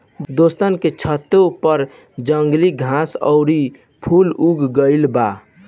दोस्तन के छतों पर जंगली घास आउर फूल उग गइल बा